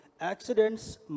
Accidents